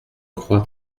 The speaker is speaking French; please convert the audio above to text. crois